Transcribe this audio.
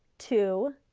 two